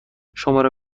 شماره